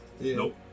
Nope